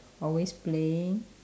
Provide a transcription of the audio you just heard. always playing